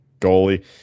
goalie